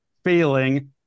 failing